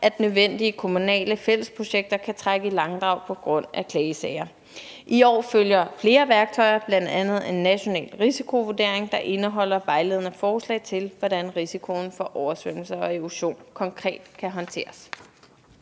at nødvendige kommunale fællesprojekter kan trække i langdrag på grund af klagesager. I år følger flere værktøjer, bl.a. en national risikovurdering, der indeholder vejledende forslag til, hvordan risikoen for oversvømmelser og erosion konkret kan håndteres.